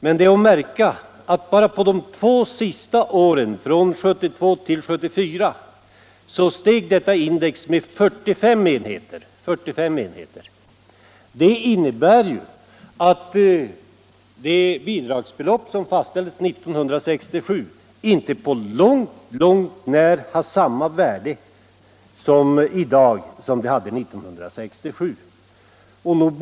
Men det är att märka att detta index bara på de två senaste åren, alltså från 1972 till 1974, stigit med 45 enheter. Det innebär att det bidragsbelopp som fastställdes 1967 inte på långt när har samma värde i dag som det hade 1967.